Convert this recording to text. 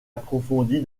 approfondie